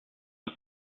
was